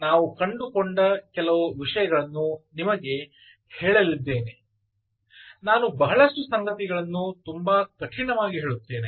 ನಾವು ಕಂಡುಕೊಂಡ ಕೆಲವು ವಿಷಯಗಳನ್ನು ನಿಮಗೆ ಹೇಳಲಿದ್ದೇನೆ ನಾನು ಬಹಳಷ್ಟು ಸಂಗತಿಗಳನ್ನು ತುಂಬಾ ಕಠಿಣವಾಗಿ ಹೇಳುತ್ತೇನೆ